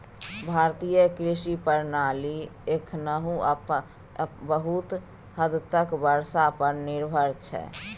भारतीय कृषि प्रणाली एखनहुँ बहुत हद तक बर्षा पर निर्भर छै